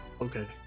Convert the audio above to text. Okay